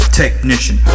technician